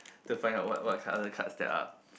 to find out what what card other cards there are